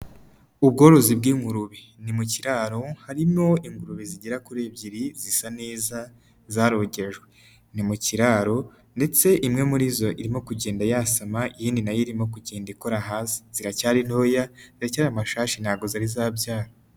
Ubworozi bw'ingurube, ni mu kiraro, harimo ingurube zigera kuri ebyiri, zisa neza, zarogejwe, ni mu kiraro ndetse imwe muri zo irimo kugenda yasama, iyindi nayo irimo kugenda ikora hasi, ziracyari ntoya, ziracyari amashashi, ntabwo zari zabyara.